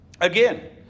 Again